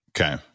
Okay